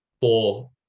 four